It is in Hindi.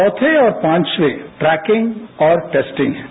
चौथे और पांचवें ट्रैकिंग और टेस्टिंग है